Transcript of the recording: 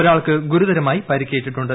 ഒരാൾക്ക് ഗുരുതരമായി പരിക്കേറ്റിട്ടുണ്ട്